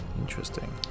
Interesting